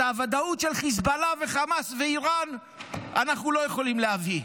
את הוודאות של חיזבאללה וחמאס ואיראן אנחנו לא יכולים להביא.